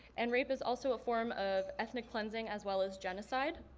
and rape is also a form of ethic cleansing as well as genocide.